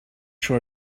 sure